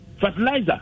fertilizer